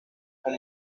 con